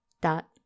dot